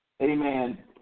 Amen